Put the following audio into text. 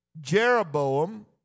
Jeroboam